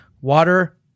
Water